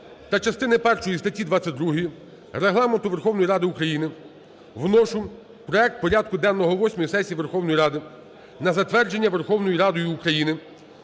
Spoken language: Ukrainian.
та частини першої статті 22 Регламенту Верховної Ради України, вношу проект Порядку денного восьмої сесії Верховної Ради на затвердження Верховною Радою України